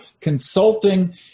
consulting